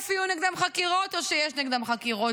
יהיו נגדם חקירות או שיש נגדם חקירות.